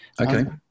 okay